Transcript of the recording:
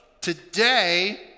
today